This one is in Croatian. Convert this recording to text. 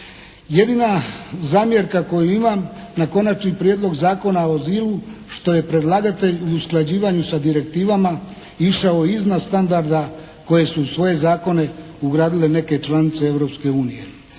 Jedina zamjerka koju imam na Konačni prijedlog Zakona o azilu što je predlagatelj u usklađivanju sa direktivama išao iznad standarda koje su u svoje zakone ugradile neke članice